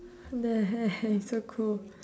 nice so cool